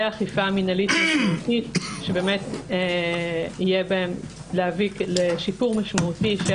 אכיפה מינהלית מהותית באמת שבאמת יהיה בהם להביא לשיפור משמעותי של